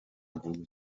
igihugu